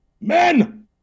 Men